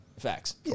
Facts